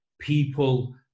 people